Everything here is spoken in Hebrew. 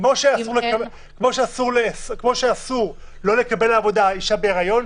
--- כמו שאסור לא לקבל לעבודה אישה בהיריון,